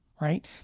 right